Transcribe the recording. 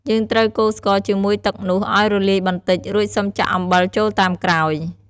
យើងត្រូវកូរស្ករជាមួយទឹកនោះឱ្យរលាយបន្តិច រួចសិមចាក់អំបិលចូលតាមក្រោយ។